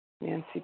Nancy